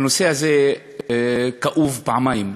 הנושא הזה כאוב פעמיים: